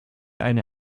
eine